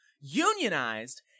unionized